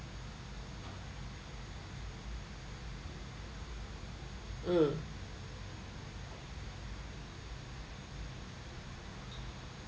uh